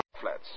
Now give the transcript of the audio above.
flats